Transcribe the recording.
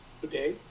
today